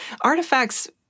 artifacts